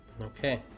Okay